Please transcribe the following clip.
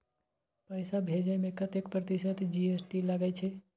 पैसा भेजै में कतेक प्रतिसत जी.एस.टी लगे छै?